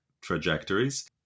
trajectories